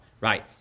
Right